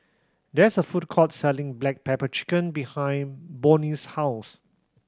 there's a food court selling black pepper chicken behind Boone's house